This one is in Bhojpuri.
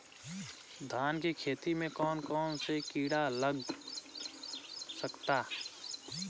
धान के खेती में कौन कौन से किड़ा लग सकता?